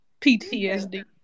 PTSD